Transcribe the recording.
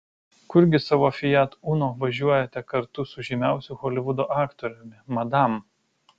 kurgi savo fiat uno važiuojate kartu su žymiausiu holivudo aktoriumi madam